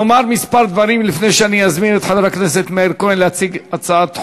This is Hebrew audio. נאמר כמה דברים לפני שאני אזמין את חבר הכנסת מאיר כהן להציג הצעת חוק.